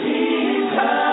Jesus